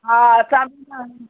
हा अचां थी मां